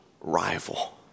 rival